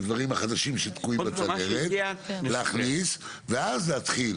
בדברים החדשים שתקועים בצנרת ולהכניס ואז להתחיל.